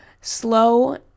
Slow